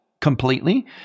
completely